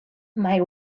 mike